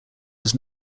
was